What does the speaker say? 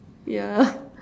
yeah